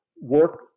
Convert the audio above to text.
work